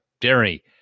dairy